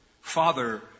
Father